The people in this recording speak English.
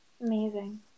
amazing